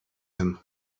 him